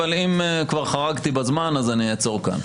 אבל אם כבר חרגתי בזמן אז אני אעצור כאן.